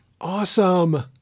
Awesome